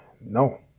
No